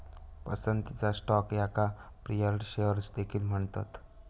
पसंतीचा स्टॉक याका preferred shares देखील म्हणतत